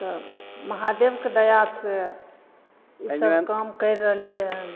तब महादेबके दयासे ई सब काम करि रहलियै हन